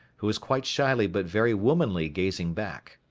who was quite shyly but very womanly gazing back.